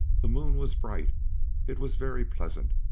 the moon was bright it was very pleasant.